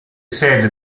sede